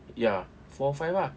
ya four or five ah